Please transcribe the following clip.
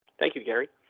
thank you gary.